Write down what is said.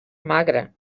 magre